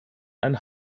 ein